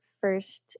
first